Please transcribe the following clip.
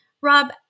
Rob